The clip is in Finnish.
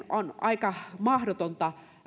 on aika mahdotonta